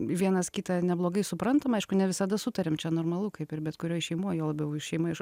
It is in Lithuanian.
vienas kitą neblogai suprantam aišku ne visada sutariam čia normalu kaip ir bet kurioj šeimoj juo labiau šeima iš